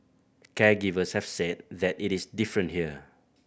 caregivers have said that it is different here